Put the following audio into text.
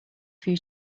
few